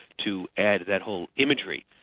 to add that whole imagery.